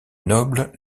nobles